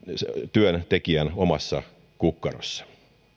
työntekijän omassa kukkarossa